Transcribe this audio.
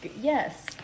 Yes